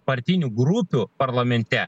partinių grupių parlamente